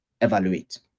evaluate